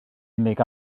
unig